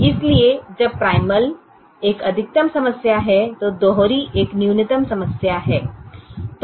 इसलिए जब प्राइमल एक अधिकतम समस्या है तो डुअल एक न्यूनतम समस्या है